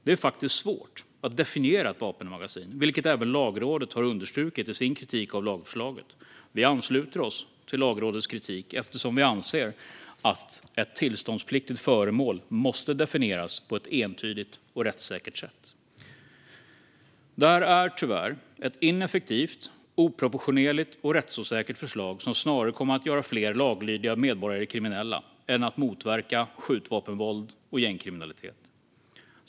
Det är faktiskt svårt att definiera ett vapenmagasin, vilket även Lagrådet har understrukit i sin kritik mot lagförslaget. Vi ansluter oss till Lagrådets kritik eftersom vi anser att ett tillståndspliktigt föremål måste definieras på ett entydigt och rättssäkert sätt. Detta är tyvärr ett ineffektivt, oproportionerligt och rättsosäkert förslag som snarare kommer att göra fler laglydiga medborgare kriminella än motverka skjutvapenvåld och gängkriminalitet.